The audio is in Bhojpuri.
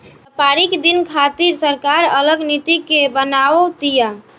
व्यापारिक दिन खातिर सरकार अलग नीति के बनाव तिया